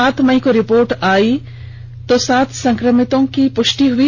सात मई को रिपोर्ट आई तो सात संक्रमित की पृष्टि हई